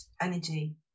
Energy